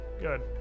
Good